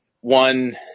one